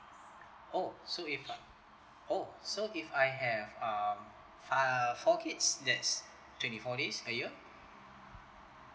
oh so if I oh so if I have um uh four kids that's twenty four days a year